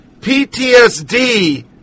PTSD